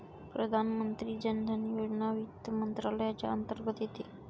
प्रधानमंत्री जन धन योजना वित्त मंत्रालयाच्या अंतर्गत येते